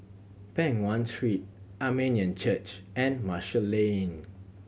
Peng Nguan Street Armenian Church and Marshall Lane